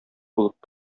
булып